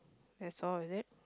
that's all is it